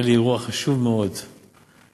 היה לי אירוע חשוב מאוד בבני-ברק,